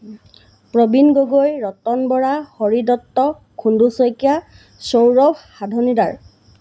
Prabin Gogoi Ratan Bora Hari Dutta Khundu Saikia Sourav Sadhanidar